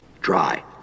Try